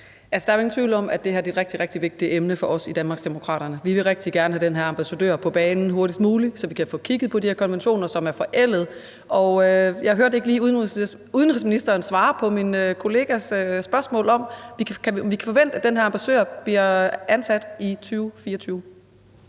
Der er jo ingen tvivl om, at det her er et rigtig, rigtig vigtigt emne for os i Danmarksdemokraterne. Vi vil rigtig gerne have den her ambassadør på banen og hurtigst muligt, så vi kan få kigget på de her konventioner, som er forældede. Jeg hørte ikke lige udenrigsministeren svare på min kollegas spørgsmål om, om vi kan forvente, at den her ambassadør bliver ansat i 2024.